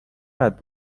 قدر